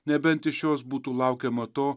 nebent iš jos būtų laukiama to